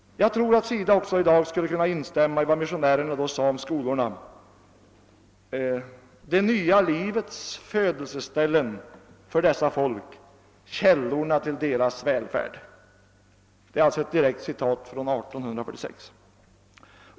Jag tror att SIDA i dag skulle kunna instämma i vad missionärerna då sade om skolorna: »Det nya livets födelse ställen för dessa folk, källorna till deras välfärd.« Det är alltså ett direkt citat från 1846.